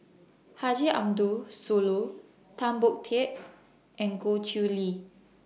Haji Ambo Sooloh Tan Boon Teik and Goh Chiew Lye